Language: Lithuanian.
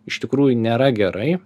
iš tikrųjų nėra gerai